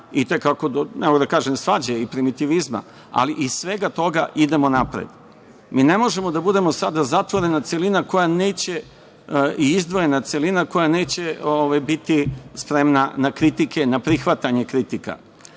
osporavanja, evo da kažem i svađe i primitivizma, ali iz svega toga idemo napred. Mi ne možemo da budemo sada zatvorena celina i izdvojena celina koja neće biti spremna na kritike, na prihvatanje kritika,